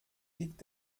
liegt